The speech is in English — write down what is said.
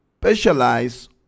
Specialize